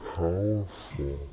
powerful